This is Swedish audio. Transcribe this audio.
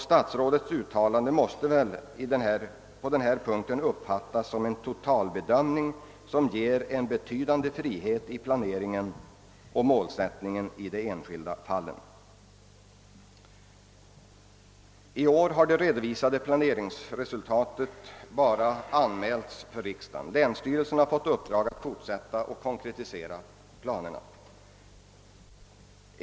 Statsrådets uttalande måste uppfattas som en totalbedömning, som ger betydande frihet beträffande planering och målsättning i de enskilda fallen. I år har det redovisade planeringsresultatet bara anmälts för riksdagen. Länsstyrelserna har fått i uppdrag att fortsätta med att konkretisera planerna.